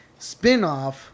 spinoff